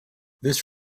this